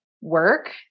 work